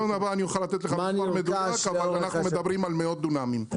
בדיון הבא אוכל לתת לך פירוט מדויק אבל אנחנו מדברים על מאות דונמים.